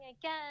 again